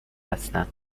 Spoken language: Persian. هستن